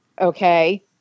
okay